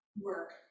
work